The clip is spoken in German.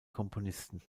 komponisten